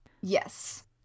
Yes